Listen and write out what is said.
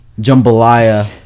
jambalaya